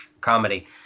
comedy